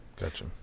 Gotcha